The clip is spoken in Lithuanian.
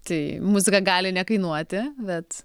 tai muzika gali nekainuoti bet